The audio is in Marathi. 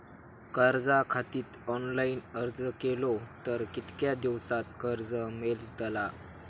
कर्जा खातीत ऑनलाईन अर्ज केलो तर कितक्या दिवसात कर्ज मेलतला?